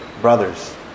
brothers